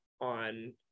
on